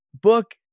book